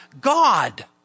God